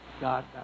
God